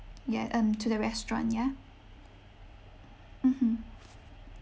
ya um to the restaurant ya mmhmm